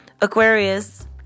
Aquarius